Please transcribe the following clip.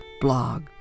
blog